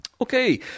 Okay